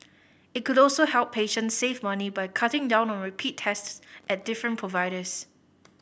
it could also help patients save money by cutting down on repeat tests at different providers